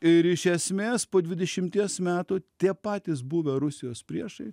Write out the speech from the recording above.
ir iš esmės po dvidešimties metų tie patys buvę rusijos priešai